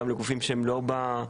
גם לגופים שהם לא בממשלה.